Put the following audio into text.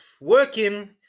working